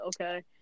okay